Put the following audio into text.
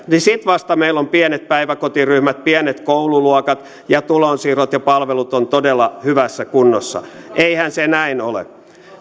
niin sitten vasta meillä on pienet päiväkotiryhmät pienet koululuokat ja tulonsiirrot ja palvelut ovat todella hyvässä kunnossa eihän se näin ole